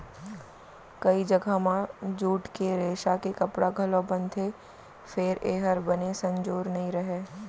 कइ जघा म जूट के रेसा के कपड़ा घलौ बनथे फेर ए हर बने संजोर नइ रहय